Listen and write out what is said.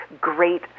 great